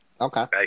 Okay